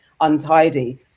untidy